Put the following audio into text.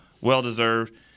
well-deserved